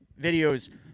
videos